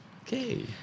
Okay